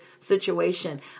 situation